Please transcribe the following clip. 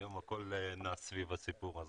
היום הכול נע סביב הסיפור הזה.